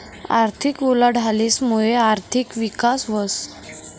आर्थिक उलाढालीस मुये आर्थिक विकास व्हस